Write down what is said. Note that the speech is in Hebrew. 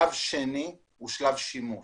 שלב שני הוא שלב שימוש